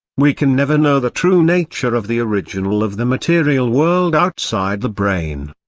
we can never know the true nature of the original of the material world outside the brain.